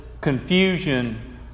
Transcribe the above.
confusion